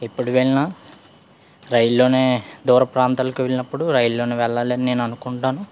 ఎప్పుడు వెళ్ళిన రైలులో దూర ప్రాంతాలకు వెళ్ళినప్పుడు రైలులో వెళ్ళాలని నేను అనుకుంటాను